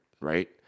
right